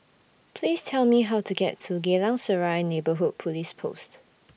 Please Tell Me How to get to Geylang Serai Neighbourhood Police Post